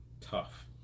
tough